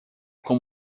com